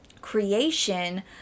creation